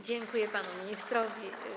Dziękuję panu ministrowi.